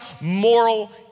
moral